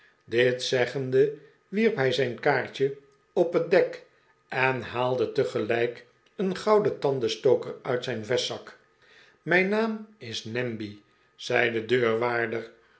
dit zeggende wierp hij zijn kaartje op het dek en haalde tegelijk een gouden tandenstoker uit zijn vestzak mijn naam is namby zei de deurwaarder